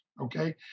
okay